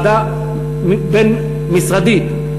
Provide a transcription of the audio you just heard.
ועדה בין-משרדית,